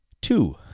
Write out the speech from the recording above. two